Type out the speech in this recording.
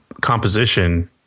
composition